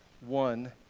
one